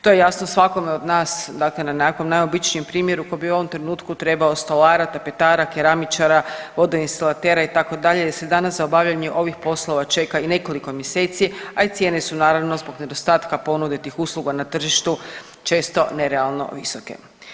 To je jasno svakome od nas, dakle na onako najobičnijem primjeru tko bi u ovom trenutku trebao stolara, tapetara, keramičara, vodoinstalatera, itd., jer se danas za obavljanje ovih poslova čeka i nekoliko mjeseci, a i cijene su naravno, zbog nedostatka ponude tih usluga na tržištu često nerealno visoke.